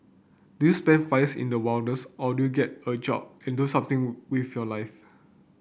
do you spend five years in the wilderness or do get a job and do something with your life